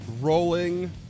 Rolling